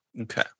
Okay